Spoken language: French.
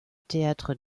théâtre